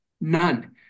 none